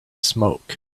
smoke